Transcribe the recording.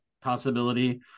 possibility